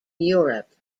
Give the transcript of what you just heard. europe